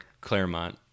Claremont